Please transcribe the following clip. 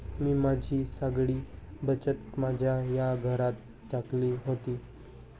मी माझी सगळी बचत माझ्या या घरात टाकली होती